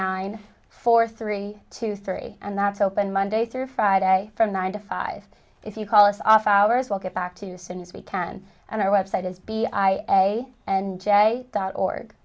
nine four three two three and that's open monday through friday from nine to five if you call us off hours we'll get back to you soon as we can and our website is b i say and dot org